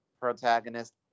protagonist